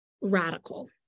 radical